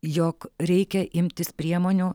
jog reikia imtis priemonių